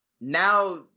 now